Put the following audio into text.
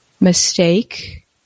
mistake